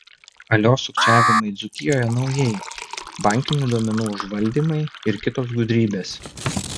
alio sukčiavimai dzūkijoje naujai bankinių duomenų užvaldymai ir kitos gudrybės